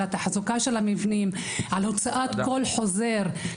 על תחזוקת המבנים וגם על הוצאת כל חוזר.